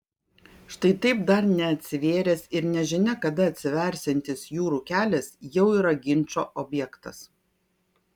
štai taip dar neatsivėręs ir nežinia kada atsiversiantis jūrų kelias jau yra ginčo objektas